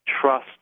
trust